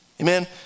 amen